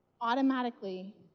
automatically